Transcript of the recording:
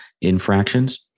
infractions